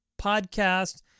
podcast